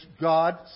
God